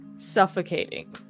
suffocating